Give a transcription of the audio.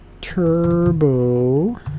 Turbo